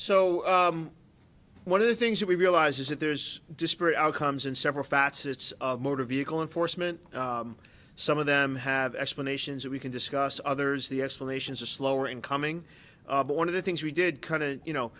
so one of the things that we realize is that there's disparate outcomes in several facets of motor vehicle enforcement some of them have explanations we can discuss others the explanations are slower in coming but one of the things we did kind of you know